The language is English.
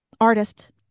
artist